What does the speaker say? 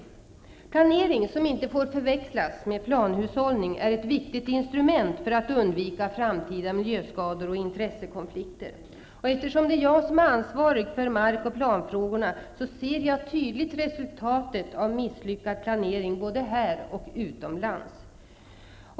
Denna planering, som inte får förväxlas med planhushållning, är ett viktigt instrument för att undvika framtida miljöskador och intressekonflikter. Eftersom det är jag som är ansvarig för mark och planfrågor, kan jag tydligt se resultatet av en misslyckad planering, både här och utomlands.